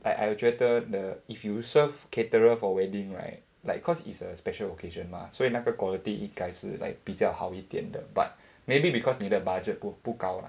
like I 我觉得 like if you serve caterer for wedding right like cause it's a special occasion mah 所以那个 quality 应该是 like 比较好一点的 but maybe because 妳的 budget 不不高 lah